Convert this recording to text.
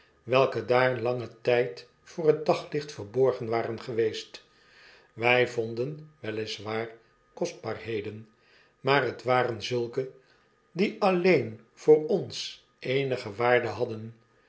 welke daar langen tijd voor het daglicht verborgen waren geweestwy vonden wel is waar kostbaarheden maar het waren zulke die alleen voor ons eenige waarde hadden